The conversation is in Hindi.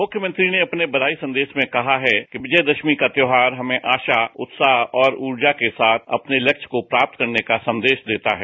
मुख्यमंत्री ने अपने बधाई संदेश में कहा है कि विजयदशमी का त्योहार हमें आशा उत्साह और ऊर्जा के साथ अपने लक्ष्य को प्राप्त करने का संदेश देता है